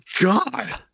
God